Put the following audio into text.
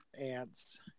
ants